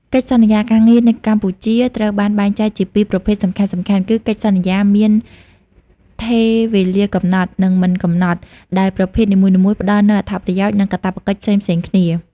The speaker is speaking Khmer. កិច្ចសន្យាការងារនៅកម្ពុជាត្រូវបានបែងចែកជាពីរប្រភេទសំខាន់ៗ គឺកិច្ចសន្យាមានថិរវេលាកំណត់ និងមិនកំណត់ ដែលប្រភេទនីមួយៗផ្តល់នូវអត្ថប្រយោជន៍ និងកាតព្វកិច្ចផ្សេងៗគ្នា។